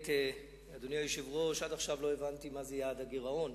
היא שאני עד עכשיו לא הבנתי מה זה יעד הגירעון.